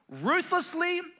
ruthlessly